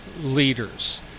Leaders